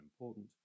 important